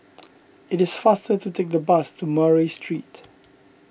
it is faster to take the bus to Murray Street